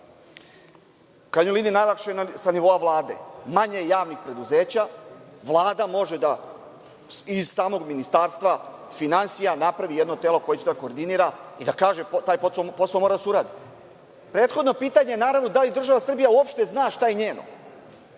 krajnjoj liniji najlakše je sa nivoa Vlade, manje javnih preduzeća Vlada može da iz samog Ministarstva finansija napravi jedno telo koje će da koordinira i da kaže taj posao mora da se uradi. Prethodno pitanje je naravno da li država Srbija uopšte zna šta je njeno?